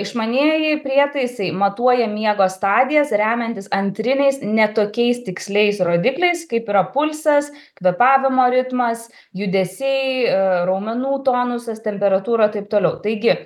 išmanieji prietaisai matuoja miego stadijas remiantis antriniais ne tokiais tiksliais rodikliais kaip yra pulsas kvėpavimo ritmas judesiai raumenų tonusas temperatūra taip toliau taigi